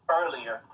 earlier